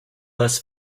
less